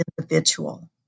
individual